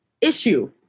issue